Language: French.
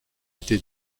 été